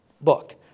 book